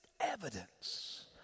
evidence